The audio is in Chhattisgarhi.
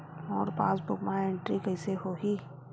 मोर पासबुक मा एंट्री कइसे होही?